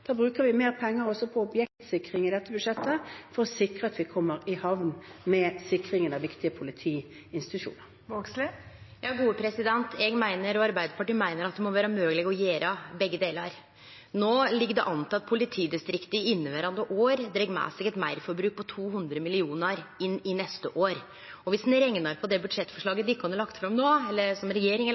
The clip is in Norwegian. Da bruker vi mer penger på objektsikring i dette budsjettet, for å sikre at vi kommer i havn med sikringen av viktige politiinstitusjoner. Det blir oppfølgingsspørsmål – først Lene Vågslid. Eg meiner, og Arbeidarpartiet meiner, at det må vere mogleg å gjere begge delar. No ligg det an til at politidistrikta i inneverande år dreg med seg eit meirforbruk på 200 mill. kr inn i neste år. Dersom ein reknar på det budsjettforslaget som regjeringa har lagt fram